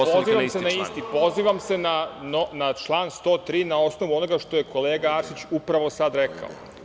Pozivam se na isti, pozivam se na član 103. na osnovu onoga što je kolega Arsić upravo sada rekao.